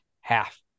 half